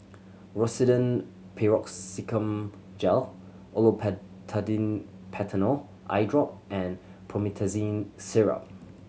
Rosiden Piroxicam Gel Olopatadine Patanol Eyedrop and Promethazine Syrup